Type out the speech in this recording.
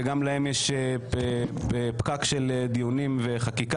שגם להם יש פקק של דיונים וחקיקה,